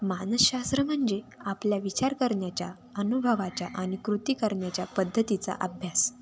मानसशास्त्र म्हणजे आपल्या विचार करण्याच्या अनुभवाच्या आणि कृती करण्याच्या पद्धतीचा अभ्यास